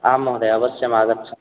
आं महोदय अवश्यम् आगच्छं